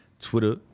Twitter